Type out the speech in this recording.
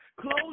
Close